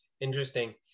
Interesting